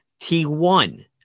T1